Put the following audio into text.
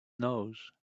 nose